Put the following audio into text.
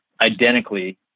identically